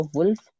Wolf